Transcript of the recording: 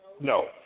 No